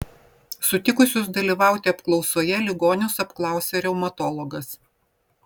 sutikusius dalyvauti apklausoje ligonius apklausė reumatologas